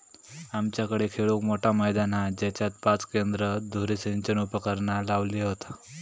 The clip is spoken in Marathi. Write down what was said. आमच्याकडे खेळूक मोठा मैदान हा जेच्यात पाच केंद्र धुरी सिंचन उपकरणा लावली हत